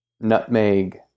nutmeg